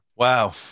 Wow